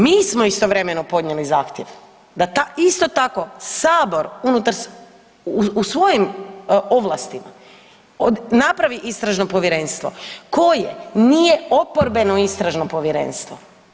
Mi smo istovremeno podnijeli zahtjev da isto ta isto tako sabor unutar u svojim ovlastima napravi istražno povjerenstvo koje nije oporbeno istražno povjerenstvo.